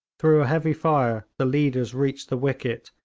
through a heavy fire the leaders reached the wicket,